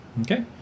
Okay